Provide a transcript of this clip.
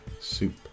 Soup